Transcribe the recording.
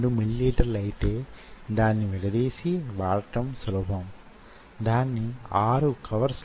ఇంకొక మాట కూడా మీరు యేదో సందర్భంలో విని వుంటారు